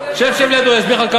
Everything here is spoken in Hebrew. שב לידו, הוא יסביר לך.